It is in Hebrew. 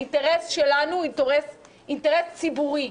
האינטרס שלנו הוא אינטרס ציבורי,